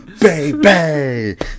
baby